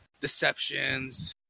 deceptions